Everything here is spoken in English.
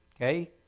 Okay